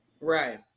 Right